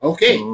Okay